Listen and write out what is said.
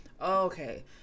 okay